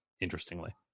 interestingly